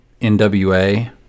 NWA